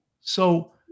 So-